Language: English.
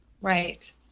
Right